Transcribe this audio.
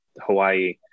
Hawaii